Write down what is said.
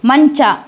ಮಂಚ